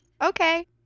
Okay